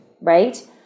right